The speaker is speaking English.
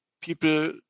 people